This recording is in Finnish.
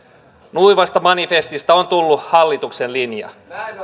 nuivasta manifestista on tullut hallituksen linja